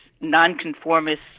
nonconformists